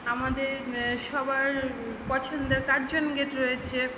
আমাদের সবার পছন্দের কার্জন গেট রয়েছে